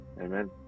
amen